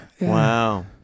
Wow